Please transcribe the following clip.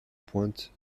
pointe